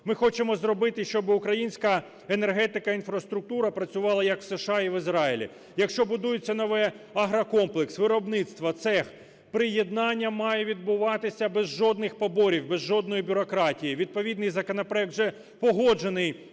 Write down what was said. Ми хочемо зробити, щоб українська енергетика, інфраструктура працювала, як в США і Ізраїлі. Якщо будується нове: агрокомплекс, виробництво, цех, - приєднання має відбуватися без жодних поборів, без жодної бюрократії. Відповідний законопроект вже погоджений